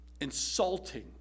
insulting